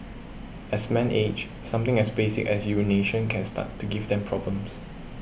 as men age something as basic as urination can start to give them problems